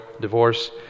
divorce